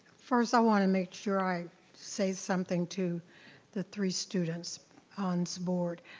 first i wanna make sure i say something to the three students on this board.